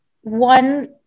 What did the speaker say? one